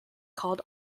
called